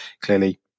Clearly